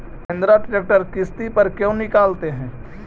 Mahindra tractor किसति पर क्यों निकालते हैं?